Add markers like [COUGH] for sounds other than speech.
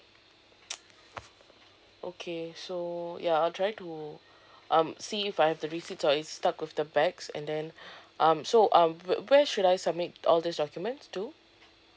[NOISE] okay so ya I'll try to um see if I have the receipts or it's stuck with the bags and then um so um where where should I submit all these documents to